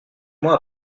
mois